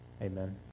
Amen